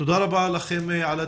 תודה רבה על הדיון.